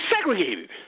segregated